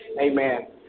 Amen